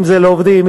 אם לעובדים,